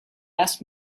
asked